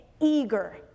eager